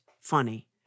funny